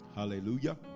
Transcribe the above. Hallelujah